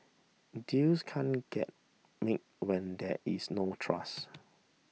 deals can't get made when there is no trust